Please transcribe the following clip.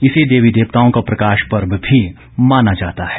इसे देवी देवताओं का प्रकाश पर्व भी माना जाता है